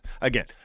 again